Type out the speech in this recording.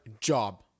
job